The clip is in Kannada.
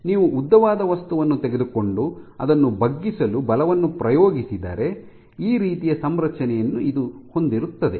ನೀವು ಉದ್ದವಾದ ವಸ್ತುವನ್ನು ತೆಗೆದುಕೊಂಡು ಅದನ್ನು ಬಗ್ಗಿಸಲು ಬಲವನ್ನು ಪ್ರಯೋಗಿಸಿದರೆ ಈ ರೀತಿಯ ಸಂರಚನೆಯನ್ನು ಇದು ಹೊಂದಿರುತ್ತದೆ